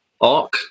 arc